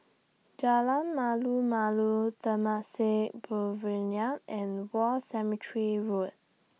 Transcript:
Jalan Malu Malu Temasek and War Cemetery Road